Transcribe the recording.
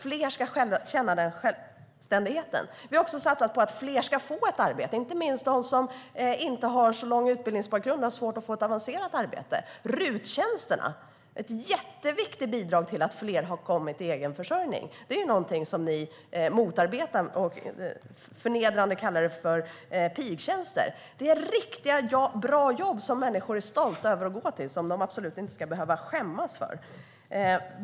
Fler ska känna den självständigheten. Vi har också satsat på att fler ska få ett arbete, inte minst de som inte har så lång utbildningsbakgrund och har svårt att få ett avancerat arbete. RUT-tjänsterna är ett jätteviktigt bidrag till att fler har kommit i egen försörjning. Det är något som ni motarbetar och förnedrande kallar pigtjänster. Men det är riktiga, bra jobb som människor är stolta över att gå till och som de absolut inte ska behöva skämmas för.